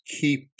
keep